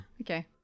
Okay